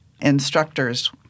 instructors